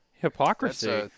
Hypocrisy